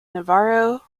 navarro